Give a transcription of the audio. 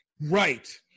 Right